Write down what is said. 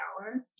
hour